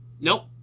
Nope